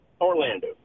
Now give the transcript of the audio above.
Orlando